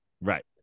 Right